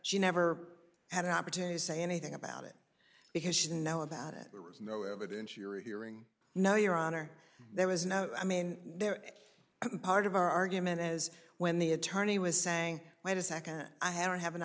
she never had an opportunity to say anything about it because she didn't know about it there was no evidence you're hearing no your honor there was no i mean they're part of our argument is when the attorney was saying wait a second i had to have an